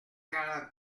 quarante